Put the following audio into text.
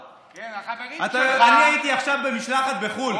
כן, החברים שלך, הייתי עכשיו במשלחת בחו"ל.